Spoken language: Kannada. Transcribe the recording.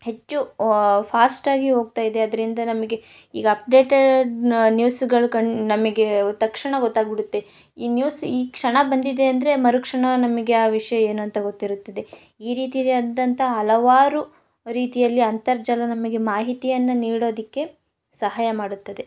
ಹೆಚ್ಚು ಫಾಸ್ಟಾಗಿ ಹೋಗ್ತಾ ಇದೆ ಅದ್ರಿಂದ ನಮಗೆ ಈಗ ಅಪ್ಡೇಟೆಡ್ ನ ನ್ಯೂಸ್ಗಳು ಕಣ್ಣು ನಮಗೆ ತಕ್ಷಣ ಗೊತಾಗಿಬಿಡುತ್ತೆ ಈ ನ್ಯೂಸ್ ಈ ಕ್ಷಣ ಬಂದಿದೆ ಅಂದರೆ ಮರು ಕ್ಷಣ ನಮಗೆ ಆ ವಿಷಯ ಏನು ಅಂತ ಗೊತ್ತಿರುತ್ತದೆ ಈ ರೀತಿಯಾದಂಥ ಹಲವಾರು ರೀತಿಯಲ್ಲಿ ಅಂತರ್ಜಲ ನಮಗೆ ಮಾಹಿತಿಯನ್ನು ನೀಡೋದಕ್ಕೆ ಸಹಾಯ ಮಾಡುತ್ತದೆ